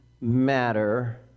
matter